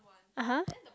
(uh huh)